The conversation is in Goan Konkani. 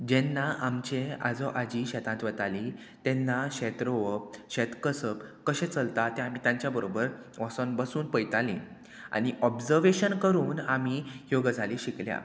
जेन्ना आमचे आजो आजी शेतांत वतालीं तेन्ना शेत रोवप शेत कसप कशें चलता तें आमी तांच्या बरोबर वोसोन बसून पयतालीं आनी ऑब्जर्वेशन करून आमी ह्यो गजाली शिकल्या